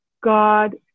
God